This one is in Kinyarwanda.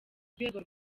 rwego